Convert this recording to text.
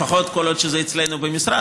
לפחות כל עוד זה אצלנו במשרד.